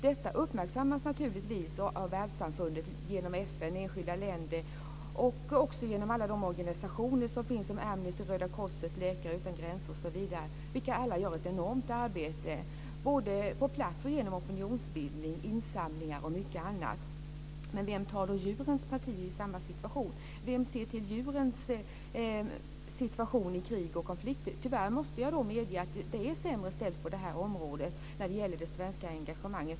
Detta uppmärksammas naturligtvis av världssamfundet genom FN och enskilda länder och också genom alla de organisationer som finns, som Amnesty, Röda korset, Läkare utan gränser osv. De gör alla ett enormt arbete både på plats och genom opinionsbildning, insamlingar och mycket annat. Men vem tar djuren parti i samma situation? Vem ser till djurens situation i krig och konflikter? Tyvärr måste jag medge att det är sämre ställt på det här området när det gäller det svenska engagemanget.